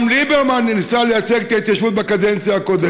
גם ליברמן ניסה לייצג את ההתיישבות בקדנציה הקודמת.